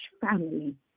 family